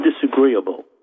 disagreeable